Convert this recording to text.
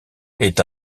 est